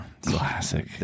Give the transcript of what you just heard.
Classic